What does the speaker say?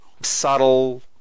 subtle